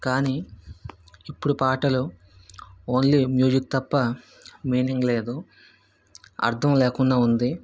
కానీ ఇప్పుడు పాటలు ఓన్లీ మ్యూజిక్ తప్ప మీనింగ్ లేదు అర్థం లేకుండా ఉంది